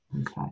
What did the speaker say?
Okay